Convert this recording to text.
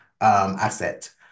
asset